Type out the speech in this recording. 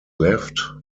left